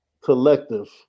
collective